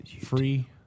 free